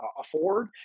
afford